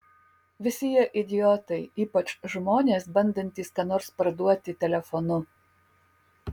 visi jie idiotai ypač žmonės bandantys ką nors parduoti telefonu